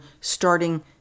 starting